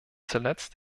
zuletzt